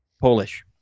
Polish